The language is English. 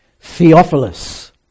Theophilus